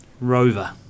Rover